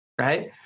right